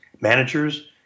managers